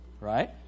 Right